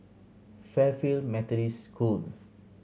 Fairfield Methodist School